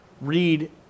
Read